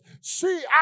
See